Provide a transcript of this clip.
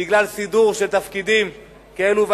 בגלל סידור של תפקידים כאלו ואחרים,